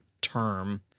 term